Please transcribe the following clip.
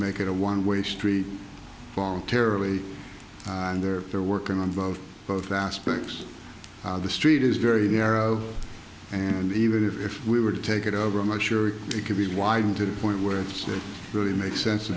make it a one way street voluntarily and they're they're working on both both aspects the street is very narrow and even if we were to take it over i'm not sure it could be widened to the point where it's it really makes sense